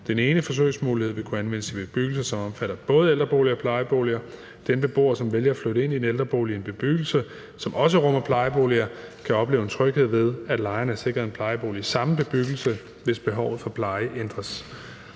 Den ene forsøgsmulighed vil kunne anvendes i bebyggelser, som omfatter både ældreboliger og plejeboliger. Den beboer, som vælger at flytte ind i en ældrebolig i en bebyggelse, som også rummer plejeboliger, kan opleve en tryghed ved, at man er sikret en plejebolig i samme bebyggelse, hvis behovet for pleje ændres.